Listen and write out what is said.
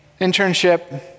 internship